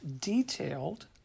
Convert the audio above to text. detailed